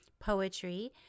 Poetry